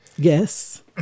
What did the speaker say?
Yes